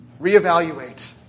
reevaluate